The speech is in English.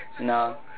No